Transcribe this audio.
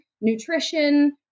nutrition